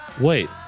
Wait